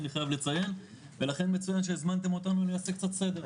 אני חייב לציין ולכן מצוין שהזמנתם אותנו שנעשה קצת סדר.